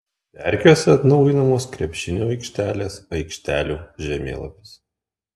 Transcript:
verkiuose atnaujinamos krepšinio aikštelės aikštelių žemėlapis